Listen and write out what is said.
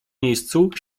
miejscu